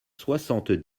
soixante